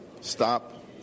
stop